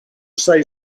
say